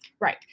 Right